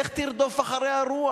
לך תרדוף אחרי הרוח.